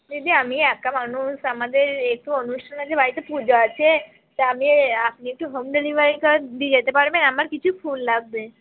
দিদি আমি একা মানুষ আমাদের একটু অনুষ্ঠান আছে বাড়িতে পূজা আছে তা আমি আপনি একটু হোম ডেলিভারিটা দিয়ে যেতে পারবেন আমার কিছু ফুল লাগবে